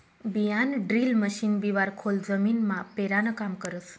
बियाणंड्रील मशीन बिवारं खोल जमीनमा पेरानं काम करस